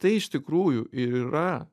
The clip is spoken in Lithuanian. tai iš tikrųjų ir yra